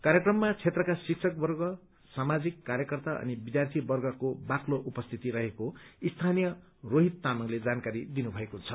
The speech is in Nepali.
कार्यक्रममा क्षेत्रका शिक्षकवर्ग सामाजिक कार्यकर्ता अनि विद्यार्थीवर्गको बाक्लो उपस्थिति रहेको स्थानीय रोहित तामाङले जानकारी दिनुभएको छ